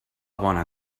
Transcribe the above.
bona